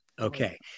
Okay